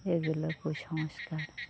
এগুলো কুসংস্কার